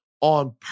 on